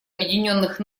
объединенных